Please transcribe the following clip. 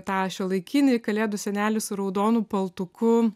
tą šiuolaikinį kalėdų senelį su raudonu paltuku